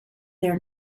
their